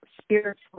spiritual